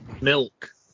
milk